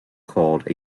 called